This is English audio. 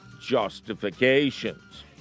justifications